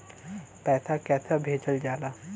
पैसा कैसे भेजल जाला?